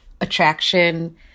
attraction